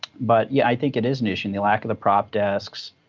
but yeah i think it is an issue. and the lack of the prop desks,